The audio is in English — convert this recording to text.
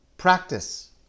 practice